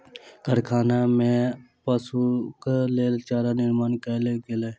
कारखाना में पशुक लेल चारा निर्माण कयल गेल